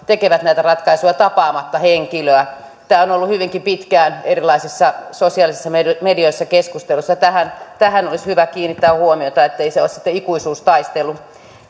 tekevät näitä ratkaisuja tapaamatta henkilöä tämä on on ollut hyvinkin pitkään erilaisissa sosiaalisissa medioissa keskustelussa ja tähän olisi hyvä kiinnittää huomiota ettei se ole sitten ikuisuustaistelu